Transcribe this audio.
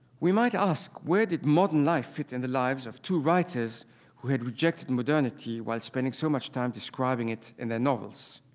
we might ask where did modern life fit in the lives of two writers who had rejected modernity while spending so much time describing it in their novels.